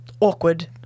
awkward